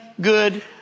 good